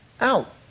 out